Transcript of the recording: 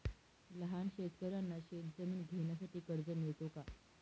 लहान शेतकऱ्यांना शेतजमीन घेण्यासाठी कर्ज मिळतो का?